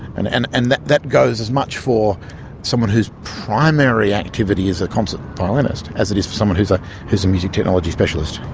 and and and that that goes as much for someone whose primary activity is a concert violinist as it is for someone whose ah whose a music technology specialist.